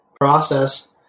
process